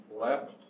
left